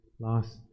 last